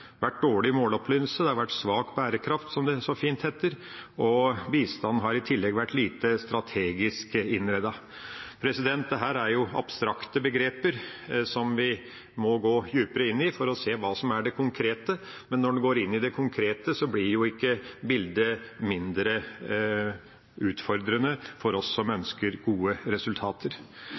vært dårlig måloppnåelse, det har vært svak bærekraft, som det så fint heter, og bistanden har i tillegg vært lite strategisk innrettet. Dette er jo abstrakte begreper som vi må gå dypere inn i for å se hva som er det konkrete, men når en går inn i det konkrete, blir ikke bildet mindre utfordrende for oss som ønsker gode resultater.